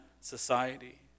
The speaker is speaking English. society